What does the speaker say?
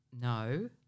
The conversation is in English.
No